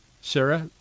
Sarah